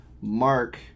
mark